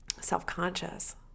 self-conscious